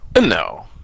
No